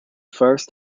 first